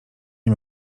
nie